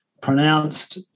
pronounced